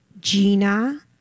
Gina